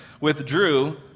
withdrew